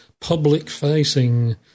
public-facing